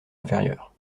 inférieure